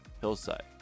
hillside